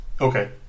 Okay